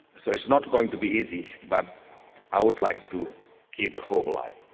so it's not going to be easy but i would like to keep hope alive,